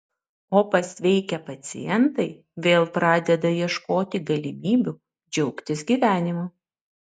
o pasveikę pacientai vėl pradeda ieškoti galimybių džiaugtis gyvenimu